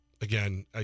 again